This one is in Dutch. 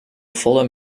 volle